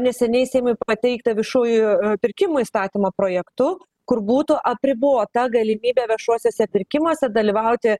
neseniai seimui pateikta viešųjų pirkimų įstatymo projektu kur būtų apribota galimybė viešuosiuose pirkimuose dalyvauti